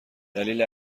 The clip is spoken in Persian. دلیل